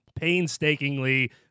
painstakingly